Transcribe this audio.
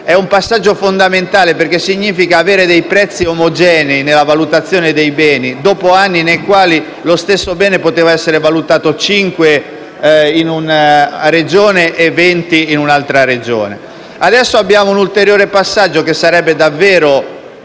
È un passaggio fondamentale, perché significa avere dei prezzi omogenei nella valutazione dei beni, dopo anni nei quali lo stesso bene poteva essere valutato 5 in una Regione e 20 in un'altra Regione. Adesso abbiamo un ulteriore passaggio che sarebbe davvero